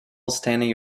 standing